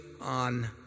on